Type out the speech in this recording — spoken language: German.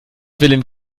willen